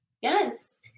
Yes